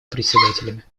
председателями